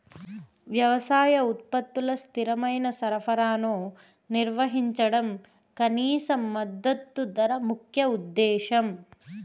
వ్యవసాయ ఉత్పత్తుల స్థిరమైన సరఫరాను నిర్వహించడం కనీస మద్దతు ధర ముఖ్య ఉద్దేశం